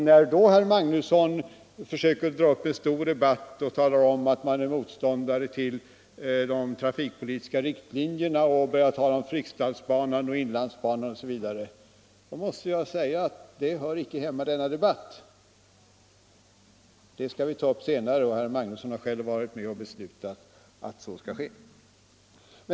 När herr Magnusson nu försöker dra upp en stor debatt, framhåller att han är motståndare till de trafikpolitiska riktlinjerna och börjar tala om Fryksdalsbanan, inlandsbanan osv., måste jag säga att detta inte hör hemma i den här debatten. Vi skall ta upp de frågorna senare. Herr Magnusson har själv varit med och beslutat att så skall ske.